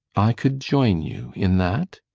i could join you in that?